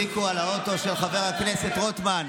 של רוטמן?